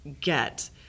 get